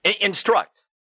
instruct